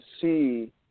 see